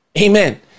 Amen